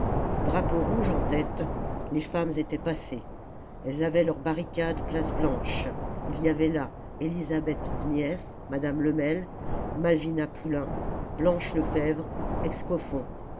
drapeau rouge en tête les femmes étaient passées elles avaient leur barricade place blanche il y avait là elisabeth dmihef madame lemel malvina poulain blanche lefebvre excoffons